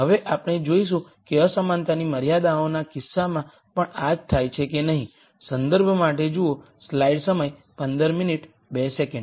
હવે આપણે જોઈશું કે અસમાનતાની મર્યાદાઓના કિસ્સામાં પણ આ જ થાય છે કે નહીં